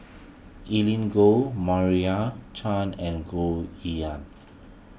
Evelyn Goh Maria Chand and Goh Yihan